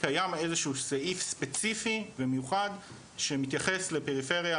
קיים איזשהו סעיף ספציפי ומיוחד שמתייחס לפריפריה,